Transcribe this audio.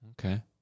Okay